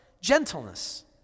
Gentleness